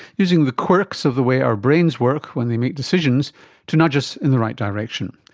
using the quirks of the way our brains work when they make decisions to nudge us in the right direction,